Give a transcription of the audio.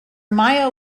mayo